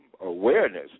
awareness